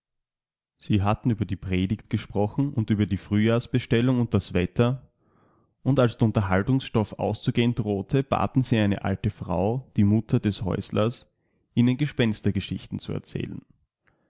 sie hatten über die predigt gesprochen und über die frühjahrsbestellung und das wetter und als der unterhaltungsstoff auszugehen drohte baten sie eine alte frau die mutter des häuslers ihnen gespenstergeschichtenzuerzählen nun